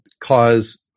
cause